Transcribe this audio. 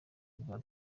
bwa